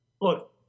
Look